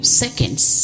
seconds